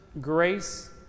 grace